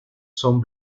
son